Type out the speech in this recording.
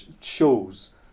shows